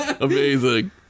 Amazing